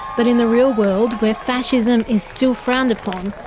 but in the real world where fascism is still frowned upon,